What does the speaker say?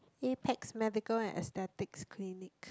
Apex medical and aesthetics